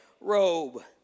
robe